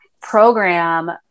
program